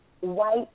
white